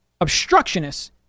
obstructionists